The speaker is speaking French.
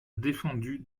défendu